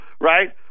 right